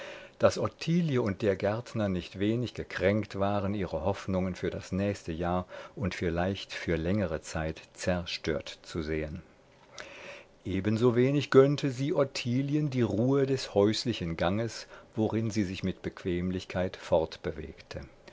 daß ottilie und der gärtner nicht wenig gekränkt waren ihre hoffnungen für das nächste jahr und vielleicht auf längere zeit zerstört zu sehen ebensowenig gönnte sie ottilien die ruhe des häuslichen ganges worin sie sich mit bequemlichkeit